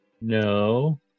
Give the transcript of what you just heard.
No